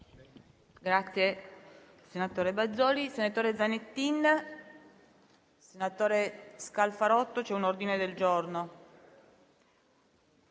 grazie.